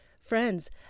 Friends